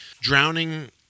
drowning